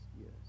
yes